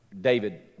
David